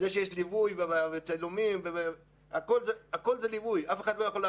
זה שיש ליווי, צילומים, הכול זה ליווי.